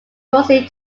mostly